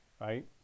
right